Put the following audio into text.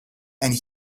and